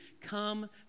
Come